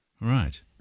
Right